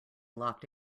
locked